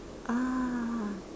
ah